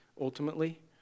ultimately